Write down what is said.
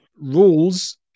rules